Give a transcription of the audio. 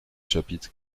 chapitres